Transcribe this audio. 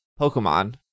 Pokemon